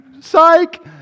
psych